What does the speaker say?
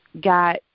got